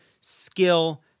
skill